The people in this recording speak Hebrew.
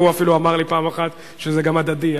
והוא אפילו אמר לי פעם אחת שזה הדדי.